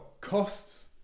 costs